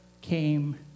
came